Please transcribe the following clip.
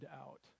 out